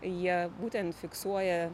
jie būtent fiksuoja